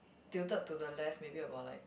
tilted to the left maybe about like